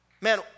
Man